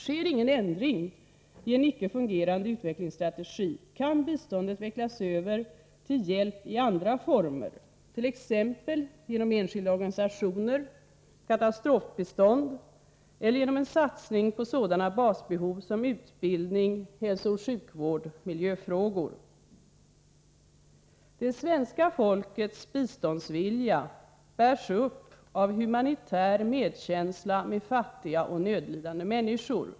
Sker ingen ändring i en icke fungerande utvecklingsstrategi kan biståndet växlas över till hjälp i andra former, t.ex. genom enskilda organisationer, katastrofbistånd eller genom en satsning på sådana basbehov som utbildning, hälsooch sjukvård och miljöfrågor. Det svenska folkets biståndsvilja bärs upp av humanitär medkänsla med . fattiga och nödlidande människor.